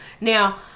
Now